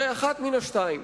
הרי אחת מן השתיים: